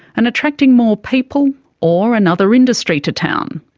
and attracting more people or another industry to town.